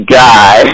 guy